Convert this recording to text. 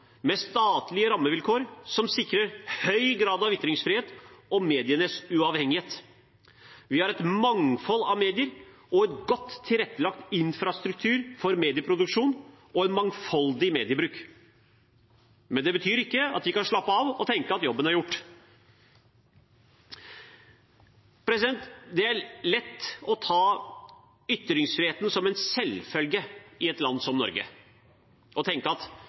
med statlige rammevilkår som sikrer høy grad av ytringsfrihet og medienes uavhengighet. Vi har et mangfold av medier og en godt tilrettelagt infrastruktur for medieproduksjon og en mangfoldig mediebruk. Men det betyr ikke at vi kan slappe av og tenke at jobben er gjort. Det er lett å ta ytringsfriheten som en selvfølge i et land som Norge og tenke at